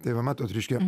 tai va matot reiškia